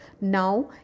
Now